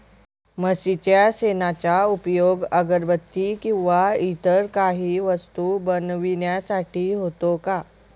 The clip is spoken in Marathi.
म्हशीच्या शेणाचा उपयोग अगरबत्ती किंवा इतर काही वस्तू बनविण्यासाठी होतो का?